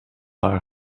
haar